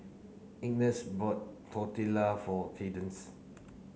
Ines bought Tortilla for Kadence